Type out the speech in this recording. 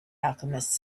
alchemist